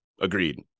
Agreed